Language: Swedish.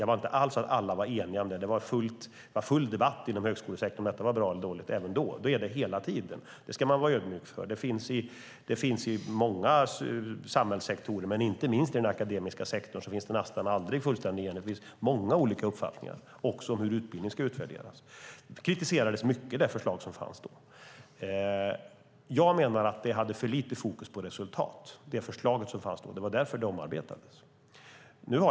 Det var debatt inom högskolesektorn om huruvida det var bra eller dåligt. Det är det hela tiden. Det ska man vara ödmjuk inför. Så är det inom många samhällssektorer, inte minst i den akademiska sektorn, att det aldrig råder full enighet. Det finns många olika uppfattningar om hur utbildning ska utvärderas. Det förslag som fanns då kritiserades mycket. Jag menar att det förslaget hade för lite fokus på resultat. Det var därför det omarbetades.